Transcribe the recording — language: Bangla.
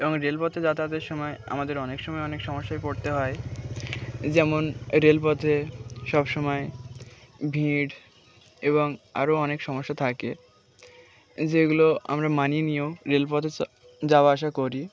এবং রেলপথে যাতায়াত সময় আমাদের অনেক সময় অনেক সমস্যায় পড়তে হয় যেমন রেলপথে সব সময় ভিড় এবং আরও অনেক সমস্যা থাকে যেগুলো আমরা মানিয়ে নিয়েও রেলপথে যাওয়া আসা করি